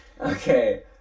Okay